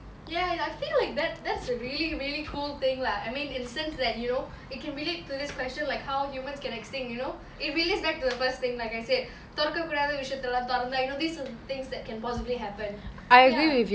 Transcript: ya I feel like that that's a really really cool thing lah I mean in the sense that you know it can relate to this question like how humans can extinct you know it relates back to the first thing like I said தொரக்க கூடாத விஷயத்தலா தொரந்தா:thoraka koodatha visayathala thorantha you know these are the things that can possibly happen ya